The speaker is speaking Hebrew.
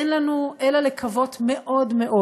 אין לנו אלא לקוות מאוד מאוד,